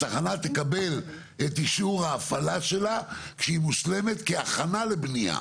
התחנה תקבל את אישור ההפעלה שלה כשהיא מושלמת כהכנה לבניין.